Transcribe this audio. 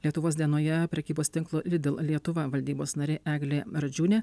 lietuvos dienoje prekybos tinklo lidl lietuva valdybos narė eglė radžiūnė